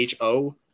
HO